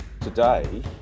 Today